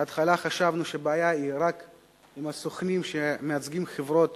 בהתחלה חשבנו שהבעיה היא רק עם הסוכנים שמייצגים חברות